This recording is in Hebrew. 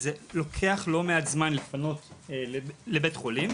זה לוקח לא מעט זמן לפנות לבית חולים.